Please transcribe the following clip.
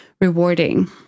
rewarding